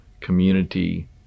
community